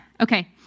Okay